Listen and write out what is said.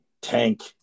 Tank